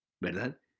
¿verdad